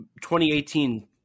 2018